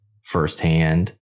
firsthand